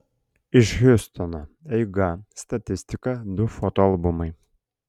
iš hjustono eiga statistika du foto albumai